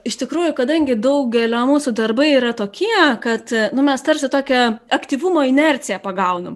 iš tikrųjų kadangi daugelio mūsų darbai yra tokie kad mes tarsi tokią aktyvumo inerciją pagaunam